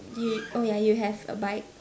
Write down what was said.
you oh ya you have a bike